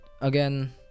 again